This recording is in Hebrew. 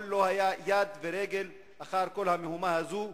לא היו להם יד ורגל בכל המהומה הזאת.